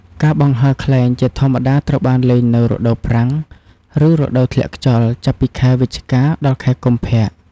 ការបង្ហើរខ្លែងជាធម្មតាត្រូវបានលេងនៅ រដូវប្រាំង ឬ រដូវធ្លាក់ខ្យល់ ចាប់ពីខែវិច្ឆិកា ដល់ខែកុម្ភៈ។